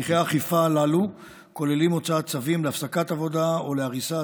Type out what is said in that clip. הליכי האכיפה הללו כוללים הוצאת צווים להפסקת עבודה או להריסה,